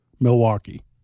Milwaukee